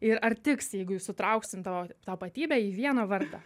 ir ar tiks jeigu jau sutrauksim tavo tapatybę į vieną vardą